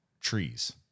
trees